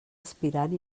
aspirant